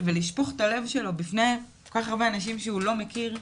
הלב שלו בפני כל כך הרבה אנשים שהוא לא מכיר,